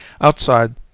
Outside